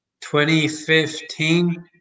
2015